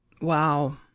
Wow